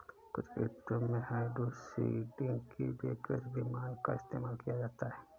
कुछ खेतों में हाइड्रोसीडिंग के लिए कृषि विमान का इस्तेमाल किया जाता है